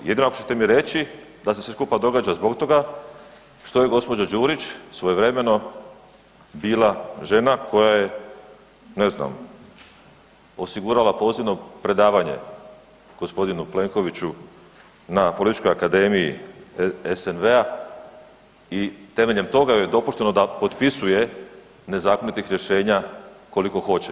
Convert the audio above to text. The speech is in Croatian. Jedino ako ćete mi reći da se sve skupa događa zbog toga što je gđa. Đurić svojevremeno bila žena koja je ne znam osigurala posebno predavanje g. Plenkoviću na Političkoj akademiji SNV-a i temeljem toga joj je dopušteno da potpisuje nezakonitih rješenja koliko hoće.